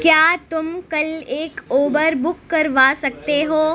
کیا تم کل ایک اوبر بک کروا سکتے ہو